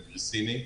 גריסיני,